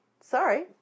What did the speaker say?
sorry